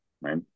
right